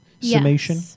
summation